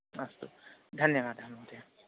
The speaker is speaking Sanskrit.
अस्तु धन्यवादः महोदय